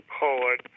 poet